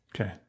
Okay